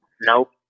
Nope